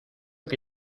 que